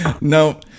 No